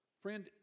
Friend